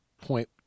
point